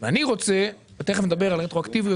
ואני חושב תכף נדבר על הרטרואקטיביות